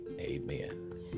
amen